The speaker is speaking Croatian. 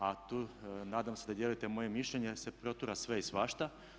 A tu nadam se da dijelite moje mišljenje jer se protura sve i svašta.